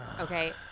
Okay